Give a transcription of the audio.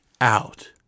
out